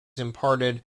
imparted